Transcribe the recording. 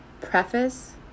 preface